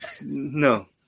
No